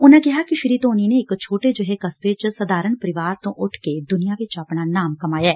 ਉਨਾਂ ਕਿਹਾ ਕਿ ਸ੍ਰੀ ਧੋਨੀ ਨੇ ਇੱਕ ਛੋਟੇ ਜਿਹੇ ਕਸਬੇ ਚ ਸਧਾਰਣ ਪਰਿਵਾਰ ਤੋ ਉੱਠ ਕੇ ਦੁਨੀਆਂ ਵਿਚ ਆਪਣਾ ਨਾਮ ਕਮਾਇਆ